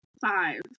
five